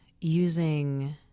using